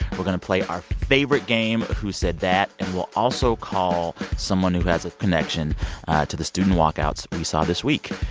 we're going to play our favorite game, who said that. and we'll also call someone who has a connection to the student walkouts we saw this week.